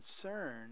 Concern